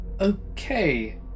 Okay